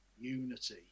unity